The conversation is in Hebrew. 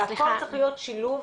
פה צריך להיות שילוב